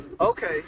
okay